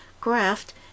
graft